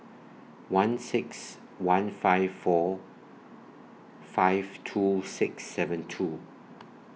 one six one five four five two six seven two